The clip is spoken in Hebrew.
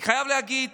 אני חייב להגיד